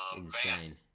insane